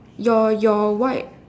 your your white